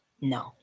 No